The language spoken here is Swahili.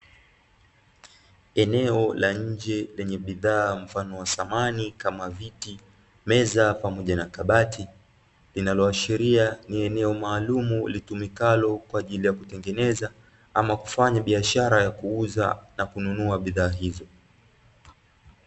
Eneo la nje lenye bidhaa mfano wa samani, kama viti, meza pamoja na kabati, linaloashiria ni eneo maalumu litumikalo kwa ajili ya kutengeneza ama kufanya biashara ya kuuza na kununua bidhaa hizo.